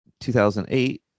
2008